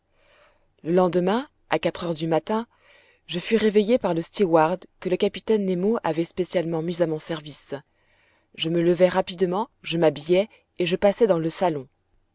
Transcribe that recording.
lendemain à quatre heures du matin je fus réveillé par le stewart que le capitaine nemo avait spécialement mis à mon service je me levai rapidement je m'habillai et je passai dans le salon